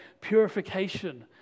purification